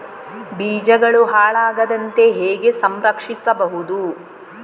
ಬೀಜಗಳು ಹಾಳಾಗದಂತೆ ಹೇಗೆ ಸಂರಕ್ಷಿಸಬಹುದು?